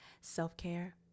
self-care